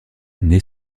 naît